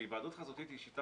היוועדות חזותית היא שיטה